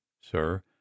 sir